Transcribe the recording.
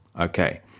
Okay